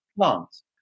plants